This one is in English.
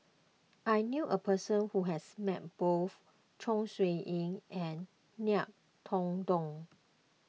I knew a person who has met both Chong Siew Ying and Ngiam Tong Dow